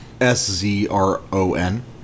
S-Z-R-O-N